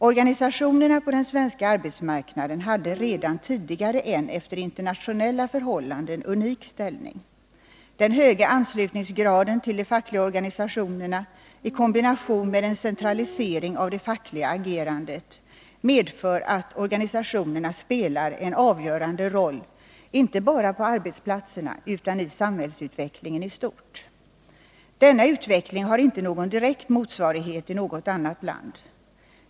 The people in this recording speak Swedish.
Organisationerna på den svenska arbetsmarknaden hade redan tidigare en efter internationella förhållanden unik ställning. Den höga anslutningsgraden till de fackliga organisationerna i kombination med en centralisering av det fackliga agerandet medför att organisationerna spelar en avgörande roll inte bara på arbetsplatserna utan i samhällsutvecklingen i stort. Denna utveckling har inte någon direkt motsvarighet i något annat land.